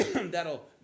that'll